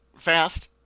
fast